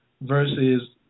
versus